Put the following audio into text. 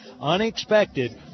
Unexpected